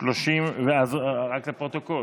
רק לפרוטוקול.